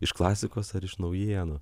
iš klasikos ar iš naujienų